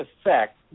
effect